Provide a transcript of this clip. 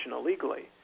illegally